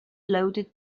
loaded